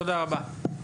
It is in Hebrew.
תודה רבה.